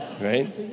right